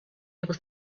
able